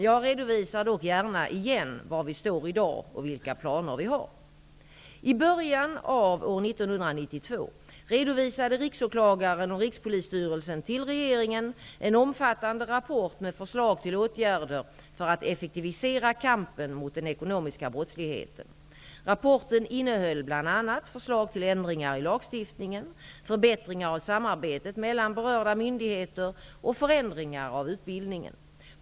Jag redovisar dock gärna igen var vi står i dag och vilka planer vi har. I början av år 1992 redovisade Riksåklagaren och Rikspolisstyrelsen till regeringen en omfattande rapport med förslag till åtgärder för att effektivisera kampen mot den ekonomiska brottsligheten. Rapporten innehöll bl.a. förslag till ändringar i lagstiftningen, förbättringar av samarbetet mellan berörda myndigheter och förändringar av utbildningen.